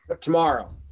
Tomorrow